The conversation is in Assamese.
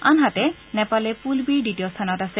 আনহাতে নেপালে পুল বিৰ দ্বিতীয় স্থানত আছে